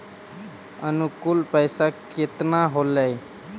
अनुकुल पैसा केतना होलय